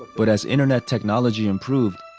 but as internet technology improved,